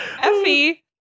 Effie